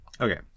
Okay